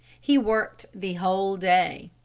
he worked the whole day.